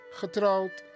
getrouwd